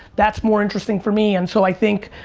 that's more interesting for me, and so i think,